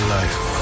life